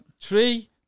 Three